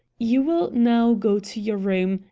you will now go to your room,